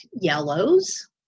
yellows